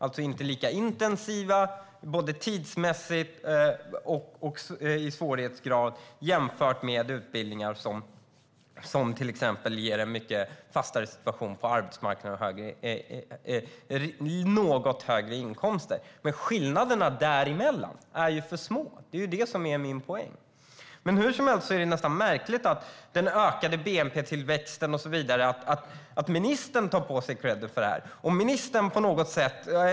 De är inte lika intensiva vare sig tidsmässigt eller när det gäller svårighetsgrad jämfört med utbildningar som till exempel ger en mycket fastare situation på arbetsmarknaden och något högre inkomster. Men skillnaderna däremellan är för små - det är ju det som är min poäng. Det är hur som helst märkligt att ministern tar åt sig kredden för den ökade bnp-tillväxten och så vidare.